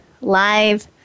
live